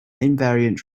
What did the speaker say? invariant